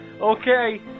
Okay